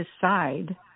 decide